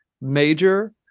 Major